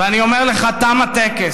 ואני אומר לך: תם הטקס.